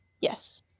Yes